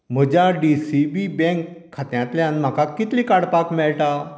म्हज्या D C B bank खात्यांतल्यान म्हाका कितले काडपाक मेळटा